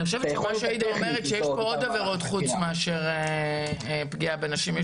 אני חושבת שמה שעאידה אומרת זה שיש פה עוד עבירות חוץ מהפגיעה בנשים,